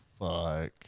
fuck